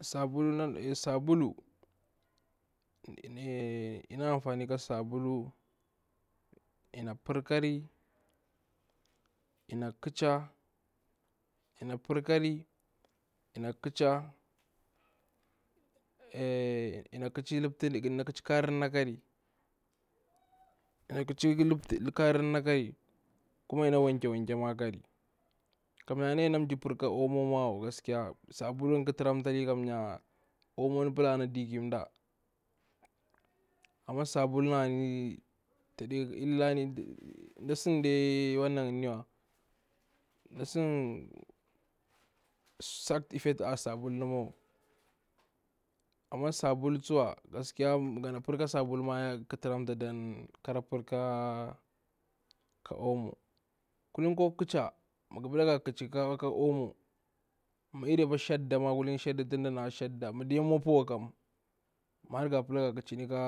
Sabulu anfani ka sabulu lna par ƙakari lna ƙacha lna par ƙakari lna ƙacha karinna ƙakari, kuma inna wake wake ƙakari, kamyar arna ya ɗe na tsuktu para ka omo wa gaskiya, sabulu ƙa taramtali gaskiya, kam yar omo tana digi nda amma sabulu illani ya sidi wanna niwa, na sin side effect ar sabuluwa, amma sabulu tsuwa gaskiya ma gana par ka sabulu ma ƙa taramta nda paktini ka ka omo, kulin ko ga ƙacha ma irin apa shadda, ma nga ƙacha shadda ma dai mwa puwa kam, ma har ga ƙachani ka